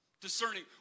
Discerning